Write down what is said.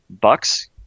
Bucks